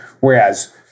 Whereas